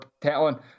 talent